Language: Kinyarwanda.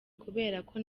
kuberako